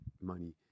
money